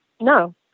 No